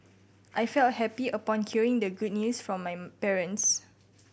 I felt happy upon hearing the good news from my parents